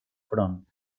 front